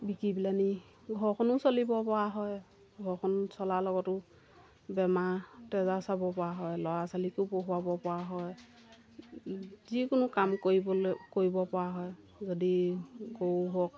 বিকি পেলাইনি ঘৰখনো চলিবপৰা হয় ঘৰখন চলাৰ লগতো বেমাৰ আজাৰ চাবপৰা হয় ল'ৰা ছোৱালীকো পঢ়োৱাবপৰা হয় যিকোনো কাম কৰিবলৈ কৰিবপৰা হয় যদি গৰু হওক